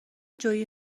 جویی